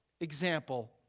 example